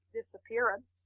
disappearance